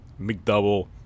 McDouble